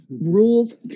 rules